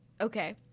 Okay